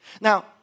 Now